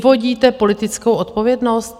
Vyvodíte politickou odpovědnost?